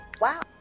wow